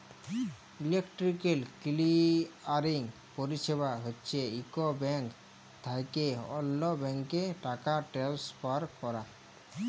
electronic clearing পরিছেবা হছে ইক ব্যাংক থ্যাইকে অল্য ব্যাংকে টাকা টেলেসফার ক্যরা